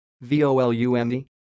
V-O-L-U-M-E